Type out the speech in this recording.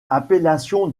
appellation